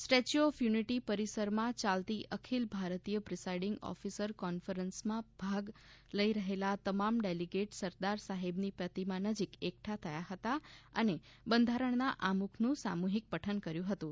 statue of unity પરિસરમાં યાલતી અખિલ ભારતીય પ્રિસાઈડિંગ ઓફિસર કોન્ફરેંસમાં ભાગ લઈ રહેલા તમામ ડેલીગેટ સરદાર સાહેબની પ્રતિમા નજીક એકઠા થયા હતા અને બંધારણના આમુખનું સામૂહિક પઠન કર્યું હતું